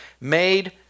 made